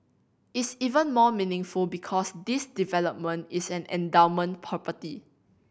is even more meaningful because this development is an endowment property